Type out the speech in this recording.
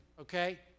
Okay